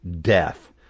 death